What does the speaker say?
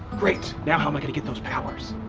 great! now how am i going to get those powers?